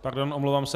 Pardon, omlouvám se.